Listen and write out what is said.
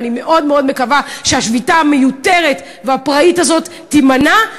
ואני מאוד מאוד מקווה שהשביתה המיותרת והפראית הזאת תימנע,